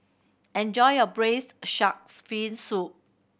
enjoy your braised sharks fin soup